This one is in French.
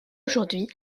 aujourd’hui